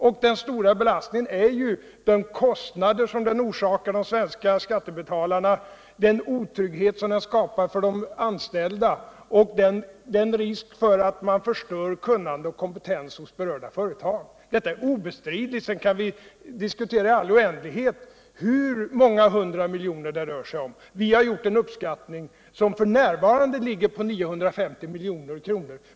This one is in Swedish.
Och den stora belastningen är ju de kostnader som energipolitiken orsakar de svenska skattebetalarna, den otrygghet som den skapar för de anställda och den risk som finns för att man förstör kunnande och kompetens hos berörda företag. Detta är obestridligt. Sedan kan vi diskutera i all oändlighet hur många hundra miljoner det rör sig om. Vi har gjort en uppskattning som f. n. ligger på 950 milj.kr.